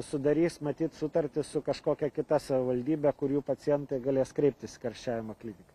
sudarys matyt sutartis su kažkokia kita savivaldybe kurių pacientai galės kreiptis karščiavimo kliniką